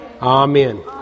Amen